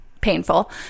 painful